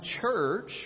church